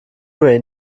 ray